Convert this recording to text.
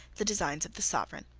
the designs of the sovereign.